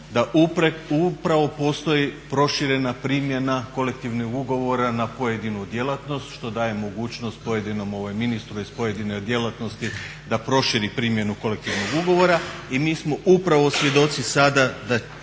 da upravo postoji proširena primjena kolektivnih ugovora na pojedinu djelatnost što daje mogućnost pojedinom ministru iz pojedine djelatnosti da proširi primjenu kolektivnog ugovora i mi smo upravo svjedoci sada da